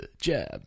jab